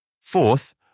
Fourth